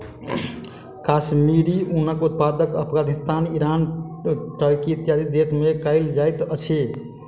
कश्मीरी ऊनक उत्पादन Afghanistan, Iran, Turkey, इत्यादि देश में कयल जाइत अछि